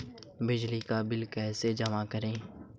बिजली का बिल कैसे जमा करें?